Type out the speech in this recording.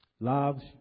Love